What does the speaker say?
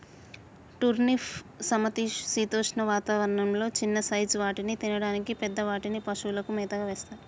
turnip సమశీతోష్ణ వాతావరణం లొ చిన్న సైజ్ వాటిని తినడానికి, పెద్ద వాటిని పశువులకు మేతగా వేస్తారు